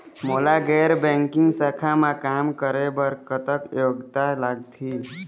मोला गैर बैंकिंग शाखा मा काम करे बर कतक योग्यता लगही?